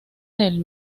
del